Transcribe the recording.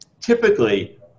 typically